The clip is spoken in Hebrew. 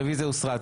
הרביזיה הוסרה.